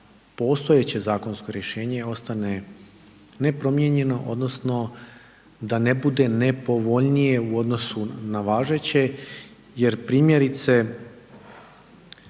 postojeće zakonsko rješenje ostane nepromijenjeno odnosno da ne bude nepovoljnije u odnosu na važeće jer primjerice